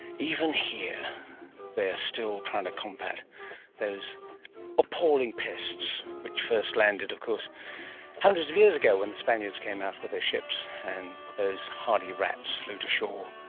even here they are still trying to combat those appalling pests which first landed of course hundreds of years ago when the spaniards came out with their ships and those hardy rats flew to shore.